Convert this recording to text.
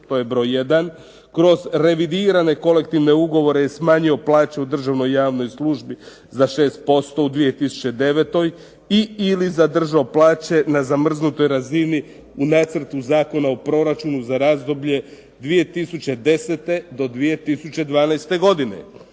To je broj jedan. Kroz revidirane kolektivne ugovore je smanjio plaće u državnoj i javnoj službi za 6% u 2009. i/ili zadržao plaće na zamrznutoj razini u Nacrtu zakona o proračunu za razdoblje 2010. do 2012. godine.